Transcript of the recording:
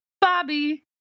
bobby